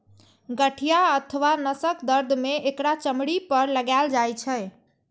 गठिया अथवा नसक दर्द मे एकरा चमड़ी पर लगाएल जाइ छै